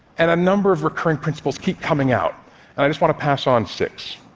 and a number of recurring principles keep coming out. and i just want to pass on six.